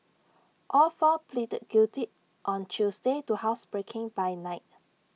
all four pleaded guilty on Tuesday to housebreaking by night